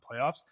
playoffs